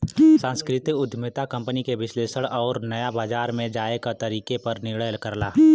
सांस्कृतिक उद्यमिता कंपनी के विश्लेषण आउर नया बाजार में जाये क तरीके पर निर्णय करला